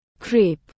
Crepe